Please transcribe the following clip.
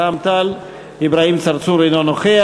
רע"ם-תע"ל, אברהים צרצור אינו נוכח.